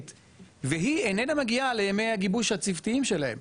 והיא איננה מגיעה לימי הגיבוש הצוותיים שלהם.